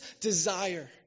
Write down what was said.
desire